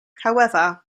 however